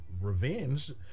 revenge